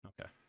okay